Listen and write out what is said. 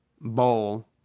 bowl